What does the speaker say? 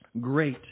great